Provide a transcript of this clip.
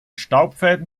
staubfäden